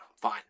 Fine